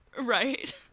right